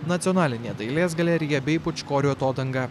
nacionalinė dailės galerija bei pūčkorių atodanga